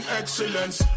excellence